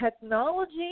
technology